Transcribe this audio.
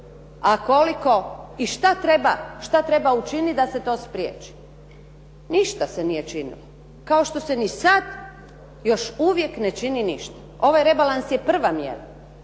a koliko i šta treba učiniti da se to spriječi. Ništa se nije činilo kao što se niti sada još uvijek ne čini ni sada. Ovaj rebalans je prva mjera.